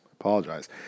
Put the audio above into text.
Apologize